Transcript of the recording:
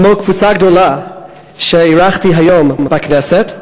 כמו קבוצה גדולה שאירחתי היום בכנסת,